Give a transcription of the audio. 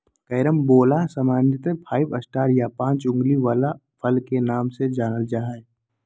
carambola सामान्यत five star या पाँच उंगली वला फल के नाम से जानल जा हय